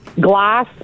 glass